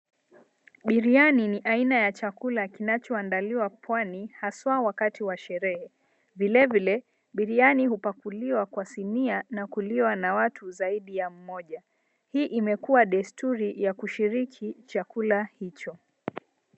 Biriyani ni aina ya chakula kinachoandaliwa pwani haswa wakati wa sherehe vilevile biriyani hupakuliwa kwa sinia na kuliwa na watu zaidi ya mmoja hii imekuwa desturi ya kushiriki chakula hicho.